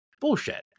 bullshit